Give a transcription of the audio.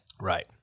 Right